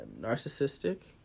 narcissistic